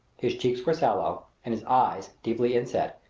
his cheeks were sallow and his eyes, deeply inset,